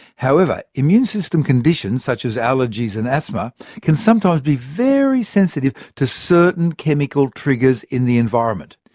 however, immune system conditions such as allergies and asthma can sometimes be very sensitive to certain chemical triggers in the environment.